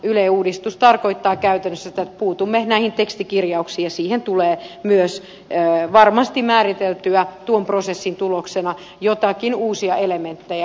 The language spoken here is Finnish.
yle uudistus tarkoittaa käytännössä sitä että puutumme näihin tekstikirjauksiin ja siihen tulee myös varmasti määriteltyä tuon prosessin tuloksena joitakin uusia elementtejä